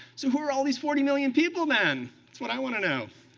so who are all these forty million people then? that's what i want to know.